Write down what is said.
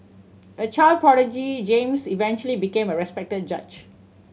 a child prodigy James eventually became a respected judge